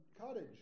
cottage